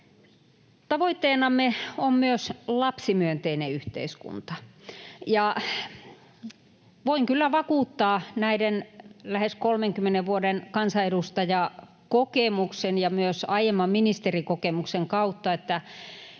Tavoitteenamme on myös lapsimyönteinen yhteiskunta. Voin kyllä vakuuttaa näiden lähes 30 vuoden kansanedustajakokemukseni ja myös aiemman ministerikokemukseni kautta, että